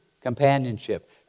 companionship